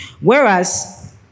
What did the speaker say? Whereas